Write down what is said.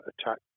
attack